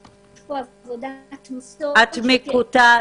יש פה עבודת --- את מקוטעת.